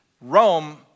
Rome